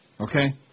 Okay